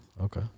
okay